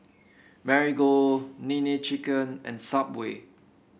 Marigold Nene Chicken and Subway